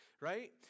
right